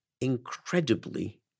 incredibly